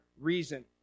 reason